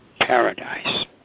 paradise